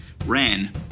Ran